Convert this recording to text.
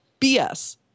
BS